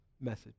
message